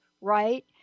right